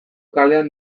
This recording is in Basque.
kalean